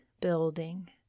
building